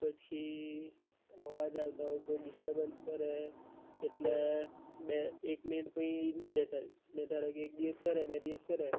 પછી અવાજ આવતા હોય કોઈ ડિસ્ટબન્સ કરે એટલે બે એક મિનિટ બી નહીં બેસાઈને ધારો કે એક દિવસ કરે બે દિવસ કરે